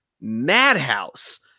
madhouse